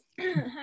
Hi